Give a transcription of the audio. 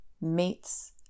meets